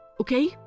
okay